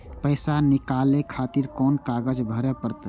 पैसा नीकाले खातिर कोन कागज भरे परतें?